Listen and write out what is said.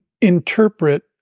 interpret